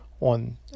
on